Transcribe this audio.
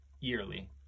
yearly